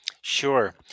Sure